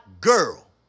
girl